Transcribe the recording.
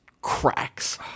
cracks